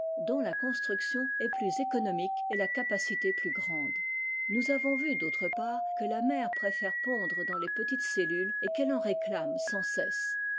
dont la construction est plus économique et la capacité plus grande nous avons vu d'autre part que la mère préfère pondre dans les petites cellules et qu'elle en réclame sans cesse